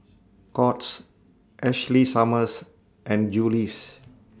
Courts Ashley Summers and Julie's